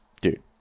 dude